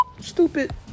Stupid